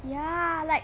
ya like